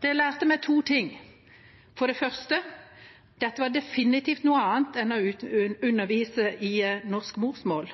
Det lærte meg to ting: Dette var definitivt noe annet enn å undervise i norsk morsmål.